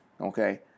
okay